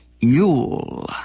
Yule